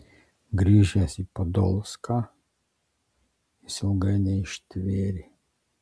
grįžęs į podolską jis ilgai neištvėrė